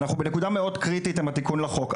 אנחנו בנקודה מאוד קריטית עם התיקון לחוק.